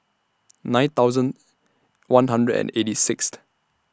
nine thousand one hundred and eighty Sixth